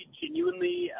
genuinely